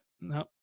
No